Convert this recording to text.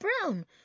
brown